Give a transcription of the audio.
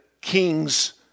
king's